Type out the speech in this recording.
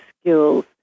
skills